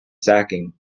sacking